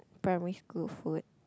primary school food